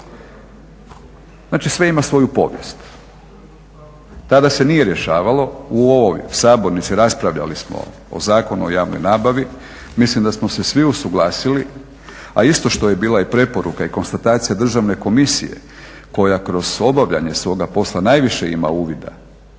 Znači sve ima svoju povijest. Tada se nije rješavalo u ovoj sabornici, raspravljali smo o Zakonu o javnoj nabavi, mislim da smo se svi usuglasili, a isto što je bila i preporuka i konstatacija državne komisije koja kroz obavljanje svoga posla najviše ima uvida